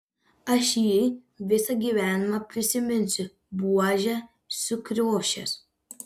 aš jį visą gyvenimą prisiminsiu buožė sukriošęs